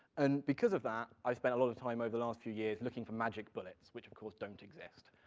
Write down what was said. and because of that, i spent a lot of time over the last few years looking for magic bullets, which, of course, don't exist.